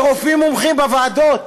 לרופאים מומחים בוועדות.